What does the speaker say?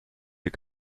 you